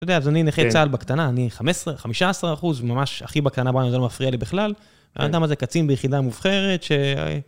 אתה יודע, אז אני נכה צהל בקטנה, אני חמש עשרה, 15%, ממש אחי בקטנה, זה לא מפריע לי בכלל. האדם הזה קצין ביחידה מובחרת.